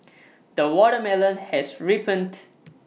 the watermelon has ripened